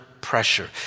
pressure